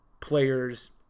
players